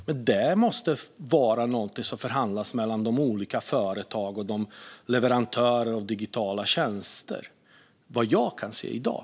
Men det är något som måste förhandlas mellan de olika företagen och leverantörerna av digitala tjänster, vad jag kan se i dag.